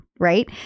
right